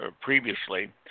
previously